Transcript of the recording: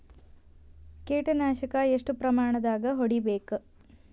ಕೇಟ ನಾಶಕ ಎಷ್ಟ ಪ್ರಮಾಣದಾಗ್ ಹೊಡಿಬೇಕ?